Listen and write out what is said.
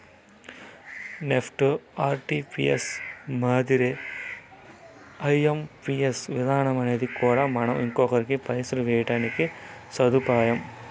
NEFT, RTGS మాదిరే IMPS విధానమనేది కూడా మనం ఇంకొకరికి పైసలు వేయడానికి సదుపాయం